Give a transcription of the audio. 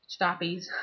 stoppies